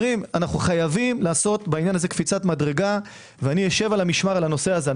אנו חייבים לעשות בעניין הזה קפיצת מדרגה ואשב על המשמר בנושא הזה.